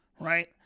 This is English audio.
Right